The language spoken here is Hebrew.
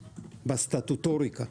בסטטוטוריקה.